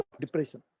depression